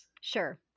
sure